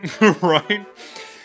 Right